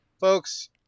Folks